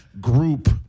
group